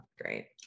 great